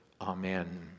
Amen